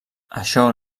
això